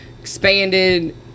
expanded